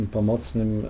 Pomocnym